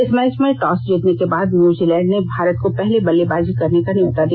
इस मैच में टॉस जीतने के बाद न्यूजीलैंड ने भारत को पहले बल्लेबाजी करने का न्यौता दिया